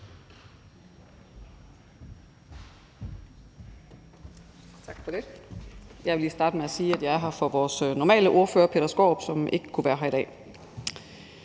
Jeg vil lige starte med at sige, at jeg er her for vores sædvanlige ordfører, Peter Skaarup, som ikke kunne være her i dag.